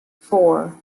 four